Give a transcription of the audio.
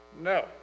No